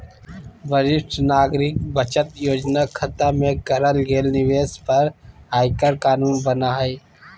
वरिष्ठ नागरिक बचत योजना खता में करल गेल निवेश पर आयकर कानून बना हइ